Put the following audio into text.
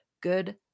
good